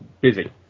busy